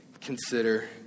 consider